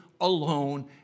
alone